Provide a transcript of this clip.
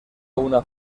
una